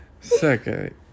Second